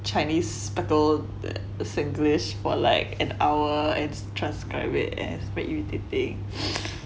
chinese speckle that singlish for like an hour and transcribe it and it's very irritating